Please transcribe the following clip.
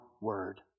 word